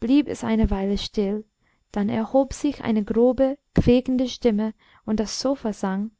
blieb es eine weile still dann erhob sich eine grobe quäkende stimme und das sofa sang